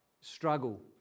struggle